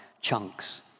chunks